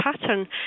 pattern